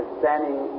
standing